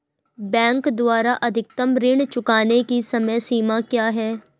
Bank द्वारा अधिकतम ऋण चुकाने की समय सीमा क्या है?